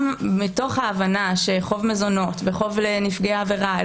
גם מתוך ההבנה שחוב מזונות וחוב לנפגעי עבירה הם